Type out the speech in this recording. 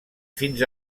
fins